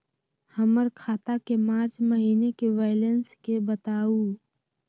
हमर खाता के मार्च महीने के बैलेंस के बताऊ?